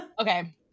Okay